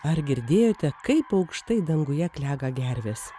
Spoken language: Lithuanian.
ar girdėjote kaip aukštai danguje klega gervės